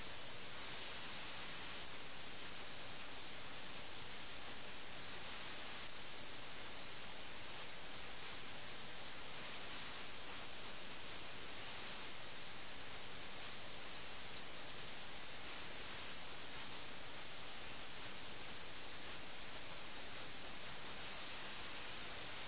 അത് അങ്ങനെ തന്നെയായിരുന്നു അവൻ വിജയിക്കുകയാണെങ്കിൽ രാഷ്ട്രീയ സംഘർഷത്തിൽ അദ്ദേഹത്തിന് താൽപ്പര്യമില്ല നവാബിന്റെ പതനത്തിൽ അദ്ദേഹത്തിന് താൽപ്പര്യമില്ലായിരുന്നു